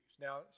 now